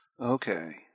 Okay